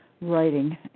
writing